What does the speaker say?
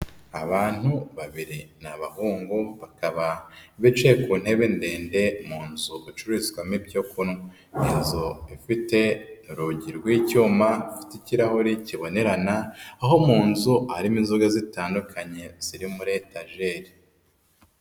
Abantu babiri ni abahungu bakaba bicaye ku ntebe ndende mu nzu icururizwamo ibyo kunywa, ni inzu ifite urugi rw'icyuma, ifite ikirahure kibonerana aho mu nzu harimo inzoga zitandukanye ziri muri etajeri.